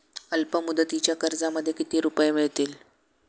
अल्पमुदतीच्या कर्जामध्ये किती रुपये मिळतील?